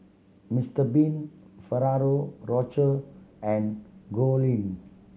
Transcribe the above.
Mister Bean Ferrero Rocher and Goldlion